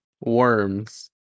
worms